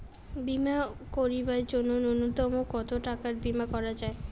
বীমা করিবার জন্য নূন্যতম কতো টাকার বীমা করা যায়?